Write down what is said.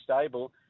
stable